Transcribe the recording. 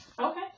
Okay